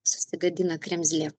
sustigadina kremzlė